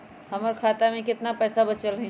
हमर खाता में केतना पैसा बचल हई?